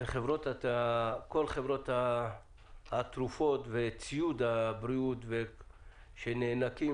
כל חברות התרופות וציוד הבריאות שנאנקים